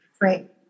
Right